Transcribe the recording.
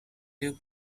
luke